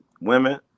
Women